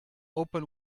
open